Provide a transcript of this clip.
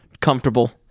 comfortable